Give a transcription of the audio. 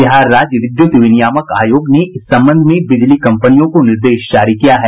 बिहार राज्य विद्युत विनियामक आयोग ने इस संबंध में बिजली कम्पनियों को निर्देश जारी किया है